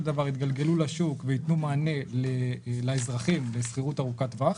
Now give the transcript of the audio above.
דבר יתגלגלו לשוק ויתנו מענה לאזרחים בשכירות ארוכת טווח.